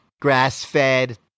Grass-Fed